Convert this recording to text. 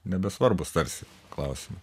nebesvarbūs tarsi klausimai